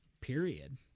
period